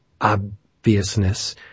obviousness